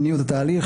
הניעו את התהליך,